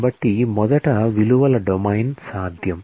కాబట్టి మొదట విలువల డొమైన్ సాధ్యం